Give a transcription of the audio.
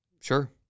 Sure